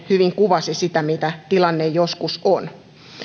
hyvin kuvasi sitä millainen tilanne joskus